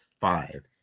five